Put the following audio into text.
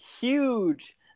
huge